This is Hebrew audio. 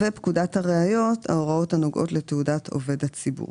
כי הפרשנות עלולה להיות שנציג זה כל מי שהוא בוחר.